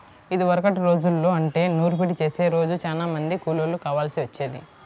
ఇదివరకటి రోజుల్లో అంటే నూర్పిడి చేసే రోజు చానా మంది కూలోళ్ళు కావాల్సి వచ్చేది